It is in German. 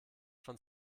von